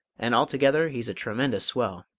and altogether he's a tremendous swell.